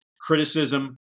criticism